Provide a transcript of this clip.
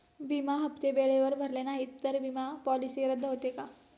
विमा हप्ते वेळेवर भरले नाहीत, तर विमा पॉलिसी रद्द होते का?